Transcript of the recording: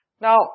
Now